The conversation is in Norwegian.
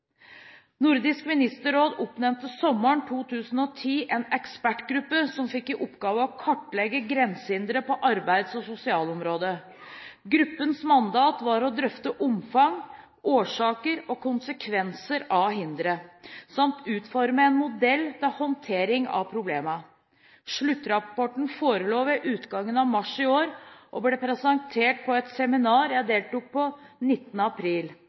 Nordisk ministerråd oppnevnte sommeren 2010 en ekspertgruppe som fikk i oppgave å kartlegge grensehindre på arbeids- og sosialområdet. Gruppens mandat var å drøfte omfang, årsaker og konsekvenser av hindre samt utforme en modell til håndtering av problemene. Sluttrapporten forelå ved utgangen av mars i år og ble presentert på et seminar jeg deltok på den 19. april.